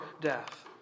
death